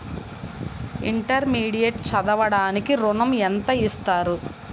Intermediate చదవడానికి ఋణం ఎంత ఇస్తారు?